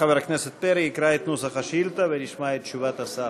חבר הכנסת פרי יקרא את נוסח השאילתה ונשמע את תשובת השר.